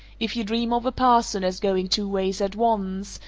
if you dream of a person as going two ways at once,